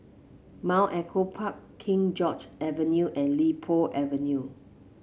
Mount Echo Park King George Avenue and Li Po Avenue